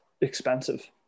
expensive